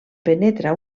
penetra